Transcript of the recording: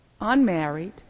unmarried